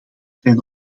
zijn